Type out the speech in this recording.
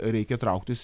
reikia trauktis